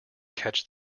catch